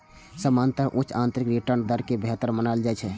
सामान्यतः उच्च आंतरिक रिटर्न दर कें बेहतर मानल जाइ छै